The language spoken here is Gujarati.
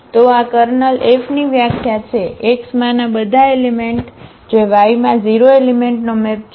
તો આ કર્નલ F ની વ્યાખ્યા છે X માંના બધા એલિમેંટ જે Y માં 0 એલિમેંટનો મેપ છે